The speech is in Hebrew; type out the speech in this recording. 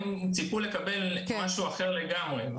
הם ציפו לקבל משהו אחר לגמרי.